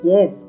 Yes